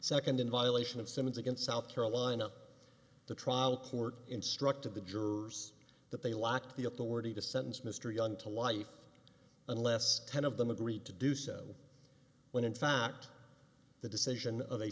second in violation of simmons against south carolina the trial court instructed the jurors that they lacked the authority to sentence mr young to life unless ten of them agreed to do so when in fact the decision of a